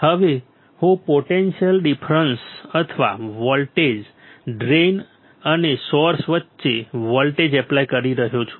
હવે હું potential difference અથવા વોલ્ટેજ ડ્રેઇન અને સોર્સ વચ્ચે વોલ્ટેજ એપ્લાય કરી શકું છું